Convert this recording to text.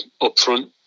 upfront